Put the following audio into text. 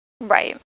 Right